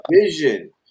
vision